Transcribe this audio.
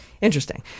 Interesting